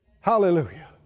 Hallelujah